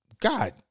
God